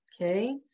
Okay